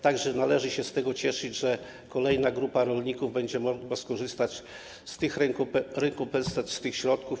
Tak że należy się z tego cieszyć, że kolejna grupa rolników będzie mogła skorzystać z tych rekompensat, z tych środków.